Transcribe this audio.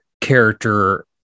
character